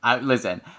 Listen